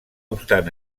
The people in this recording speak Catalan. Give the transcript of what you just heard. obstant